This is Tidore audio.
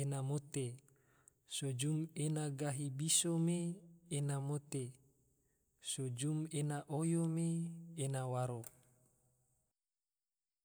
ena mote, so jum ena gahi biso me ena mote, so jum ena oyo me ena waro